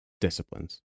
disciplines